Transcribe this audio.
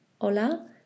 hola